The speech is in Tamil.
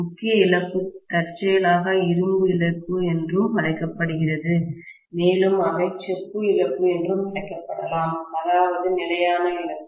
முக்கிய இழப்பு தற்செயலாக இரும்பு இழப்பு என்றும் அழைக்கப்படுகிறது மேலும் அவை செப்பு இழப்பு என்றும் அழைக்கப்படலாம் அதாவது நிலையான இழப்பு